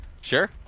Sure